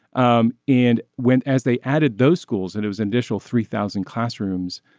um and went as they added those schools and it was an additional three thousand classrooms.